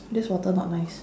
this water not nice